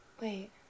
wait